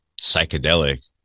psychedelic